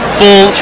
full